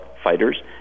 Fighters